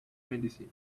medicine